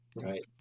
Right